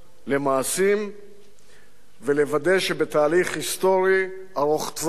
למעשים ולוודא שבתהליך היסטורי ארוך טווח